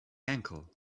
ankle